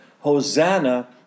Hosanna